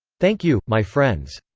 thank you, my friends.